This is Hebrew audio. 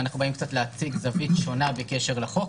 אנחנו באים להציג זווית קצת שונה בקשר לחוק.